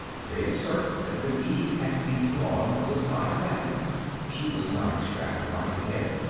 they assert that when eve had to be drawn from the side of adam she was not extracted by the head,